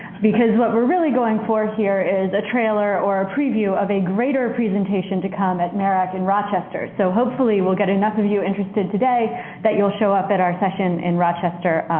because what we're really going for here is a trailer or a preview of a greater presentation to come in marac in rochester. so hopefully we'll get enough of you interested today that you'll show up at our session in rochester.